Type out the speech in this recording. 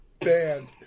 band